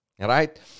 right